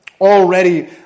already